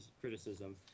criticism